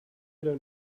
don’t